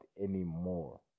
anymore